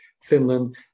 Finland